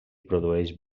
produeix